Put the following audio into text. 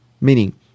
meaning